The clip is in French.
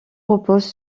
repose